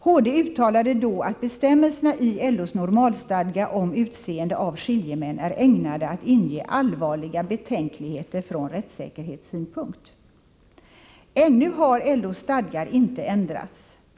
HD uttalade då att bestämmelserna i LO:s normalstadgar om utseende av skiljemän är ägnade att inge allvarliga betänkligheter från rättssäkerhetssynpunkt. Ännu har LO:s stadgar inte ändrats.